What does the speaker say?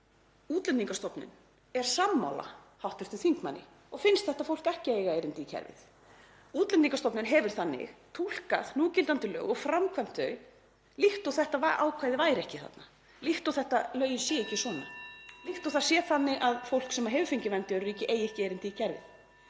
Útlendingastofnun er sammála hv. þingmanni og finnst þetta fólk ekki eiga erindi í kerfið. Útlendingastofnun hefur þannig túlkað núgildandi lög og framkvæmt þau líkt og þetta ákvæði væri ekki þarna, líkt og lögin séu ekki svona, (Forseti hringir.) líkt og það sé þannig að fólk sem hefur fengið vernd í öðru ríki eigi ekki erindi í kerfið.